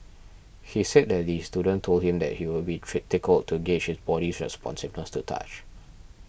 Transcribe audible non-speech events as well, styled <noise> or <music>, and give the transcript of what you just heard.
he said that the student told him that he would be <unintelligible> tickled to gauge his body's responsiveness to touch